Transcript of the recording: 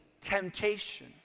temptation